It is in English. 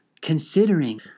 considering